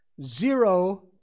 zero